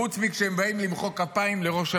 חוץ מכשהם באים למחוא כפיים לראש הממשלה.